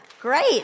great